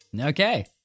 Okay